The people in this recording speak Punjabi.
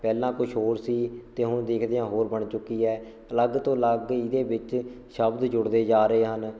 ਪਹਿਲਾਂ ਕੁਛ ਹੋਰ ਸੀ ਅਤੇ ਹੁਣ ਦੇਖਦੇ ਹਾਂ ਹੋਰ ਬਣ ਚੁੱਕੀ ਹੈ ਅਲੱਗ ਤੋਂ ਅਲੱਗ ਇਹਦੇ ਵਿੱਚ ਸ਼ਬਦ ਜੁੜਦੇ ਜਾ ਰਹੇ ਹਨ